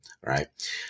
Right